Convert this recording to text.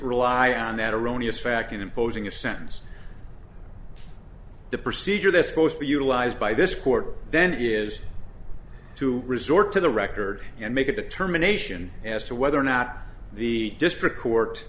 rely on that erroneous fact in imposing a sentence the procedure this post be utilized by this court then is to resort to the record and make a determination as to whether or not the district court